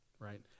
right